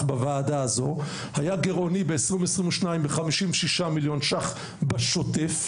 בוועדה הזו היה גירעוני ב-2022 ב-56 מיליון ש"ח בשוטף,